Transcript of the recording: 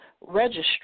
registry